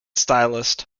stylist